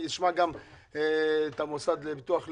נשמע גם את המוסד לביטוח לאומי.